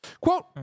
Quote